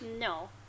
no